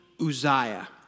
Uzziah